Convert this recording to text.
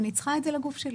אני צריכה את זה לגוף שלי.